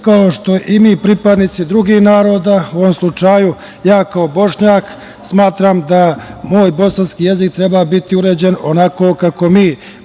kao što i mi pripadnici drugih naroda, u ovom slučaju, ja kao Bošnjak smatram da moj bosanski jezik treba biti uređen onako kako mi